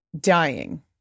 dying